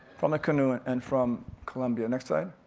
from a canoe, and and from columbia, next slide.